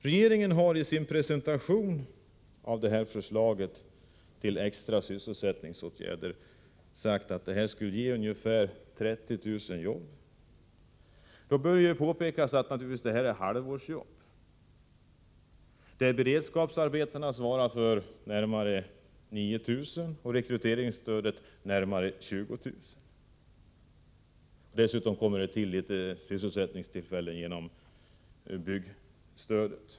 Regeringen har i sin presentation av förslaget till extra sysselsättningsåtgärder sagt att detta skulle ge ungefär 30 000 jobb. Då bör det påpekas att detta naturligtvis är halvårsjobb. Beredskapsarbetena svarar för närmare 9 000 och rekryteringsstödet för närmare 20 000 av dessa jobb. Dessutom tillkommer en del sysselsättningstillfällen genom byggstödet.